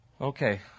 Okay